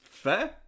Fair